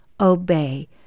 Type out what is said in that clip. obey